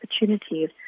opportunities